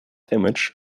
image